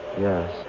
Yes